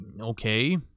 Okay